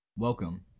Welcome